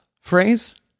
phrase